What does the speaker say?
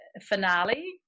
finale